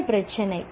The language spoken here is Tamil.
என்ன பிரச்சினை